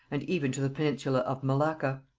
and even to the peninsula of malacca.